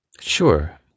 Sure